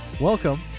welcome